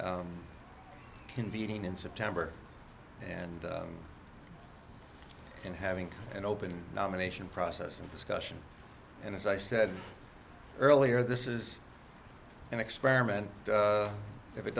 convening in september and then having an open nomination process and discussion and as i said earlier this is an experiment if it